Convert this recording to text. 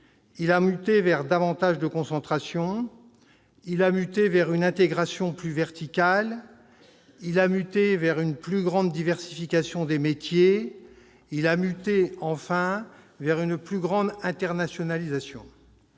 Il a muté vers davantage de concentration. Il a muté vers une intégration plus verticale. Il a muté vers une plus grande diversification des métiers. Il a muté, enfin, vers une plus grande internationalisation.